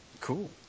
Cool